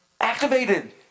Activated